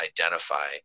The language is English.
identify